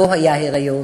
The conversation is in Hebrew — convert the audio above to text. לא היה היריון,